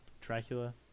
Dracula